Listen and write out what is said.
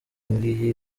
ngiyi